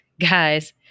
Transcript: guys